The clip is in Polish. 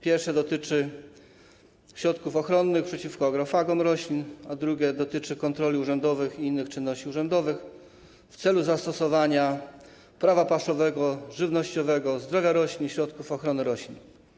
Pierwsze dotyczy środków ochronnych przeciwko agrofagom roślin, a drugie dotyczy kontroli urzędowych i innych czynności urzędowych w celu zastosowania prawa paszowego, żywnościowego, zdrowia roślin i środków ochrony roślin.